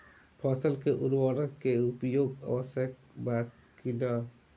फसल में उर्वरक के उपयोग आवश्यक बा कि न?